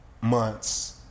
months